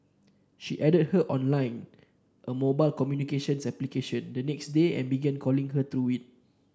she added her on Line a mobile communications application the next day and began calling her through it